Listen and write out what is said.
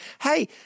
hey